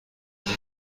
هایی